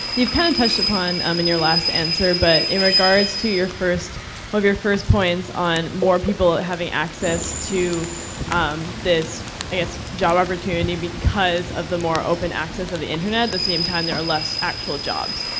you've kind of touched upon, um in your last answer, but, in regards to your first, one of your first points on more people having access to um this, i guess, job opportunity, because of the more open access of the internet, at the same time, there are less actual jobs.